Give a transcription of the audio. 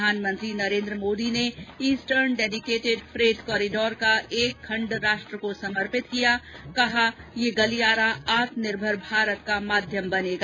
प्रधानमंत्री नरेन्द्र मोदी ने eastern dedicated freight corridor का एक खण्ड राष्ट्र को समर्पित किया कहा यह गलियारा आत्मनिर्भर भारत का माध्यम बनेगा